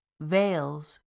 Veils